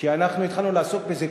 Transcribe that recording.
כשהתחלנו לעסוק בזה,